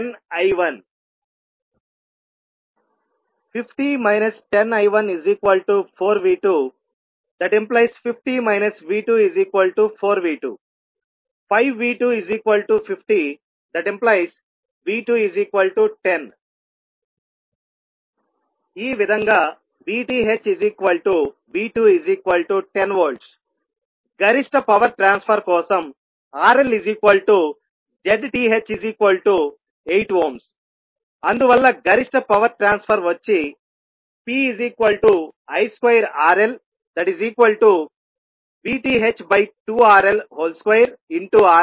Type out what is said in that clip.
1V2V210I1 50 10I14V250 V24V2 5V250⇒V210 ఈ విధంగా VThV210V గరిష్ట పవర్ ట్రాన్స్ఫర్ కోసం RLZTh8 అందువల్ల గరిష్ట పవర్ ట్రాన్స్ఫర్ వచ్చి PI2RLVTh2RL2RL3